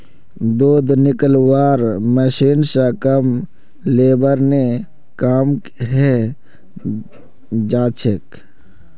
दूध निकलौव्वार मशीन स कम लेबर ने काम हैं जाछेक